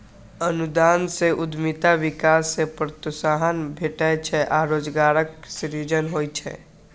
अनुदान सं उद्यमिता विकास कें प्रोत्साहन भेटै छै आ रोजगारक सृजन होइ छै